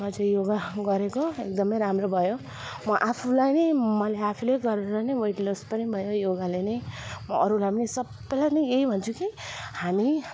मलाई चाहिँ योगा गरेको एकदमै राम्रो भयो म आफूलाई नै मैले आफूले नै गरेर नै गरेर वेट लस पनि भयो योगाले नै म अरूलाई पनि सबैलाई पनि यही भन्छु कि हामी